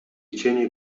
cienie